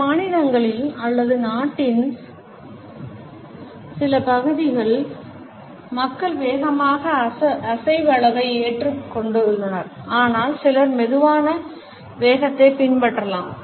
சில மாநிலங்களில் அல்லது நாட்டின் சில பகுதிகளில் மக்கள் வேகமான அசைவளவை ஏற்றுறுக்கொண்டுள்ளனர் ஆனால் சிலர் மெதுவான வேகத்தை பின்பற்றலாம்